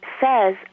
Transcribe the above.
says